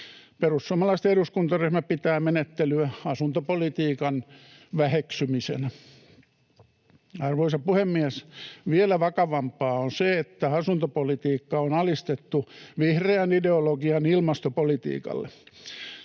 Perussuomalaisten eduskuntaryhmä pitää menettelyä asuntopolitiikan väheksymisenä. Arvoisa puhemies! Vielä vakavampaa on se, että asuntopolitiikka on alistettu vihreän ideologian ilmastopolitiikalle.